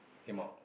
him out